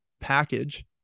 package